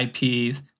IPs